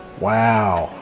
wow